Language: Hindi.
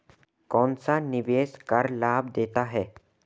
कौनसा निवेश कर लाभ देता है?